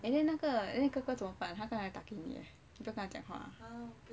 and then 那个那个哥哥怎样办他刚才打给你 eh 你不要跟他讲话